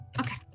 Okay